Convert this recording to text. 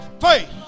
faith